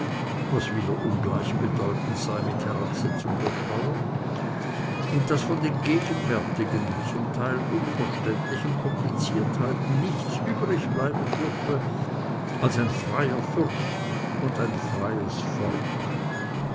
was wiederum gleichbedeutend sei mit herabsetzung der steuern und daß von den gegenwärtigen zum teil unverständlichen kompliziertheiten nichts übrigbleiben dürfe als ein freier fürst und ein freies volk